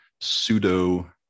pseudo